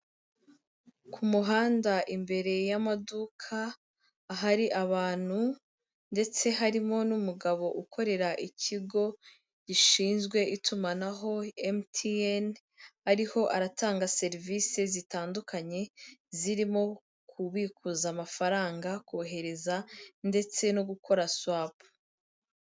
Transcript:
Ku muhanda imbere y'amaduka ahari abantu ndetse harimo n'umugabo ukorera ikigo gishinzwe itumanaho MTN, ariho aratanga serivisi zitandukanye zirimo kubikuza amafaranga, kohereza, ndetse no gukora swapu.